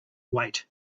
wait